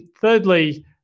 thirdly